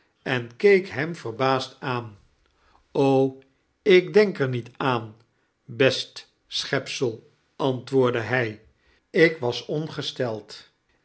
en keek hem verbaasd aan ik denk er niet aan best schepsel antwoordde hij ik was ongesteld